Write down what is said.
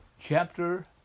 chapter